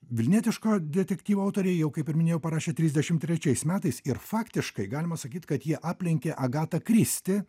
vilnietiško detektyvo autoriai jau kaip ir minėjau parašė trisdešimt trečiais metais ir faktiškai galima sakyt jie aplenkė agata kristi